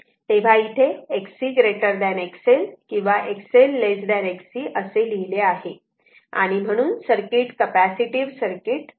तेव्हा इथे Xc XL किंवा XL Xc असे लिहिले आहे आणि म्हणून सर्किट कपॅसिटीव्ह सर्किट आहे